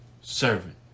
servant